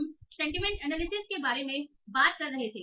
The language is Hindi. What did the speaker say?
हम सेंटीमेंट एनालिसिस के बारे में बात कर रहे थे